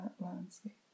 landscape